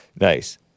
Nice